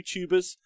YouTubers